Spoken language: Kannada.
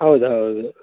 ಹೌದು ಹೌದು